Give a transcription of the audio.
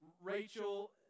Rachel